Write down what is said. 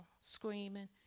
screaming